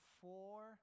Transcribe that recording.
four